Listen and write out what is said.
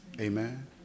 Amen